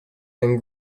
and